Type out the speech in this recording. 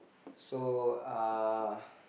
so uh